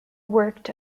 worked